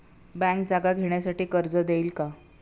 Bank जागा घेण्यासाठी कर्ज देईल का?